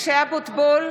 משה אבוטבול,